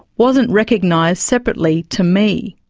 wasn't recognised separately to me.